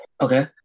Okay